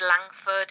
Langford